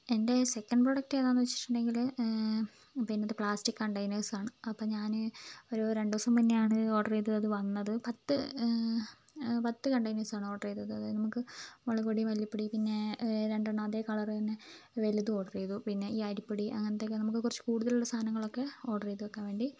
എൻ്റെ second product ഏതാണെന്ന് വെച്ചിട്ടുണ്ടെങ്കിൽ പിന്നെ ഇത് പ്ലാസ്റ്റിക് കണ്ടെയ്നേഴ്സ് ആണ് അപ്പോൾ ഞാൻ ഒരു രണ്ട് ദിവസം മുന്നേയാണ് ഓർഡർ ചെയ്ത് അത് വന്നത് പത്ത് പത്ത് കണ്ടെയ്നേഴ്സ് ആണ് ഓർഡർ ചെയ്തത് അതായത് നമുക്ക് മുളകുപ്പൊടി മല്ലിപ്പൊടി പിന്നെ രണ്ടെണ്ണം അതേ കളർ തന്നെ വലുതും ഓർഡർ ചെയ്തു പിന്നെ ഈ അരിപ്പൊടി അങ്ങനത്തെയൊക്കെ നമുക്ക് കുറച്ച് കൂടുതലുള്ള സാധനങ്ങളൊക്കെ ഓർഡർ ചെയ്ത് വയ്ക്കാൻ വേണ്ടി